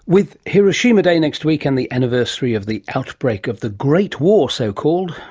with hiroshima day next week and the anniversary of the outbreak of the great war, so-called,